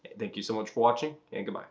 thank you so much for watching and goodbye.